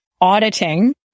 auditing